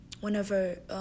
whenever